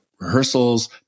rehearsals